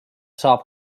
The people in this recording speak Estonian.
saab